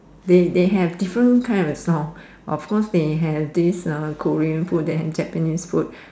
they they have different kind of stores of course they have this Korean food they have Japanese food